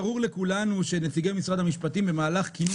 ברור לכולנו שנציגי משרד המשפטים במהלך כינון